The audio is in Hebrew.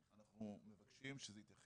אנחנו נבדוק לגבי הנוסח.